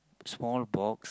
small box